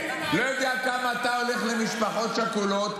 ----- אני לא יודע כמה אתה הולך למשפחות שכולות,